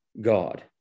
God